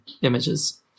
images